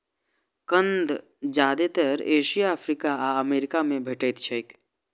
कंद जादेतर Asia, Africa आ अमेरिका मे भेटैत छैक